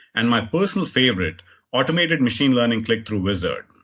and my personal favorite automated machine learning click-through wizard.